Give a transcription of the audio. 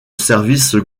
services